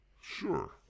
Sure